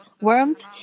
warmth